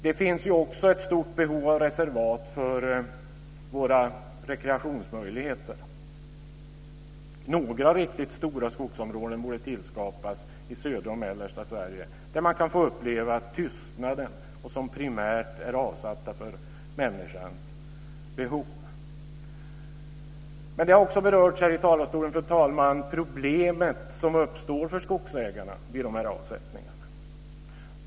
Det finns också ett stort behov av reservat för våra rekreationsmöjligheter. Några riktigt stora skogsområden borde tillskapas i södra och mellersta Sverige där man kan få uppleva tystnaden och som primärt är avsatta för människans behov. Men det problem som uppstår för skogsägarna vid de här avsättningarna, fru talman, har också berörts här i talarstolen.